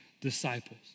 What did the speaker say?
disciples